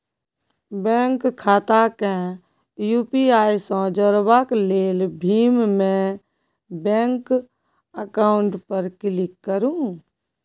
bank खाता केँ UPI सँ जोरबाक लेल भीम मे बैंक अकाउंट पर क्लिक करु